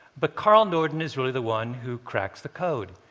but carl norden is really the one who cracks the code.